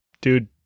dude